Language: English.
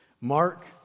Mark